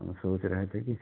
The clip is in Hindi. हम सोच रहे थे कि